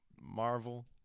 Marvel